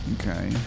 Okay